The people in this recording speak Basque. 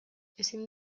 ezin